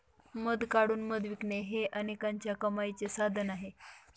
मध काढून मध विकणे हे अनेकांच्या कमाईचे साधन आहे